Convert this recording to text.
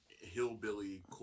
hillbilly